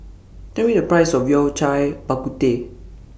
Tell Me The Price of Yao Cai Bak Kut Teh